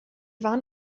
waren